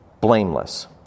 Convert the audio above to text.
blameless